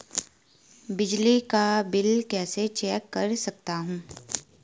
बिजली का बिल कैसे चेक कर सकता हूँ?